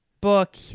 book